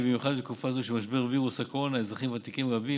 נראה כי במיוחד בתקופה זו של משבר וירוס הקורונה אזרחים ותיקים רבים